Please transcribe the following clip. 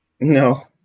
no